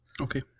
Okay